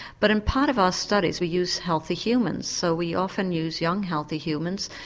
but in part of our studies we use healthy humans, so we often use young healthy humans.